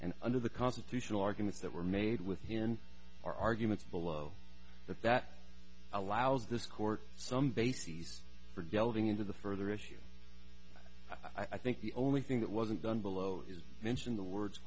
and under the constitutional arguments that were made within our arguments below that that allows this court some bases for developing into the further issue i think the only thing that wasn't done below is mention the word